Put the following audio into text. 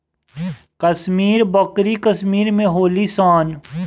कश्मीरी बकरी कश्मीर में होली सन